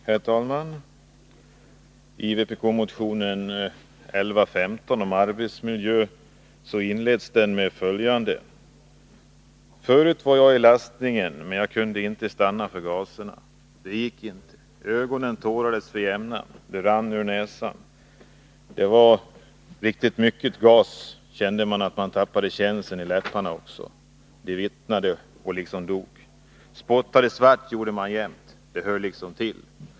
Herr talman! Vpk-motion 1115 om arbetsmiljön inleds med följande ord: ”Förut var jag i lastningen men jag kunde inte stanna för gaserna. Det gick inte. Ögonen tårades för jämnan. Det rann ur näsan. Var det riktigt mycket gas kände man hur man tappade känseln i läpparna också. Hur det vitnade och liksom dog. Spottade svart gjorde man jämt, det hör liksom till.